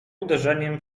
uderzeniem